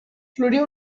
florir